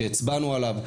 שהצבענו עליו,